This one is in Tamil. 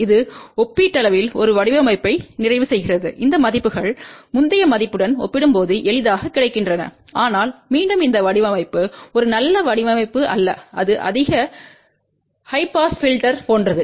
இது ஒப்பீட்டளவில் ஒரு வடிவமைப்பை நிறைவு செய்கிறது இந்த மதிப்புகள் முந்தைய மதிப்புடன் ஒப்பிடும்போது எளிதாகக் கிடைக்கின்றன ஆனால் மீண்டும் இந்த வடிவமைப்பு ஒரு நல்ல வடிவமைப்பு அல்ல இது அதிக பாஸ் பில்டர் போன்றது